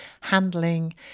handling